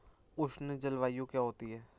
उष्ण जलवायु क्या होती है?